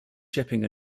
shipping